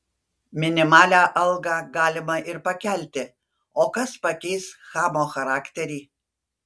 minimalią algą galima ir pakelti o kas pakeis chamo charakterį